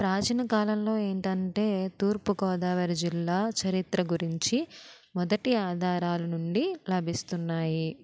ప్రాచీన కాలంలో ఏంటి అంటే తూర్పుగోదావరి జిల్లా చరిత్ర గురించి మొదటి ఆధారాలు నుండి లభిస్తున్నాయి